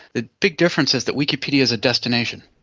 the big difference is that wikipedia is a destination,